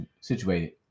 situated